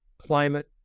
climate